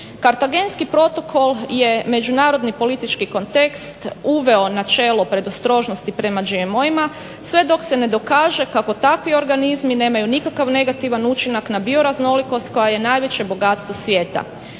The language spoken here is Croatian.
Kartagenski protokol je međunarodni politički kontekst uveo načelo predostrožnosti prema GMO-ima sve dok se ne dokaže kako takvi organizmi nemaju nikakav negativan učinak na bioraznolikost koja je najveće bogatstvo svijeta.